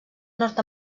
nord